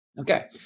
okay